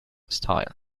style